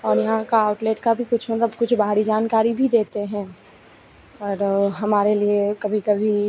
और यहाँ का आउट्लेट का भी कुछ मतलब कुछ बाहरी जानकारी भी देते हैं और हमारे लिए कभी कभी